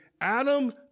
Adam